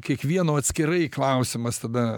kiekvieno atskirai klausimas tada